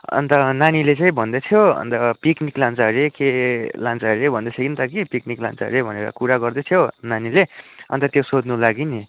अन्त नानीले चाहिँ भन्दै थियो अन्त पिकनिक लान्छ अरे के लान्छ अरे भन्दैथ्यो नि त कि पिकनिक लान्छ अरे भनेर कुरा गर्दै थियो नानीले अन्त त्यो सोध्नु लागि नि